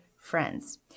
friends